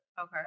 Okay